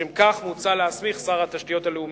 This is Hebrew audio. לשם כך, מוצע להסמיך את שר התשתיות הלאומיות,